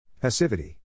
Passivity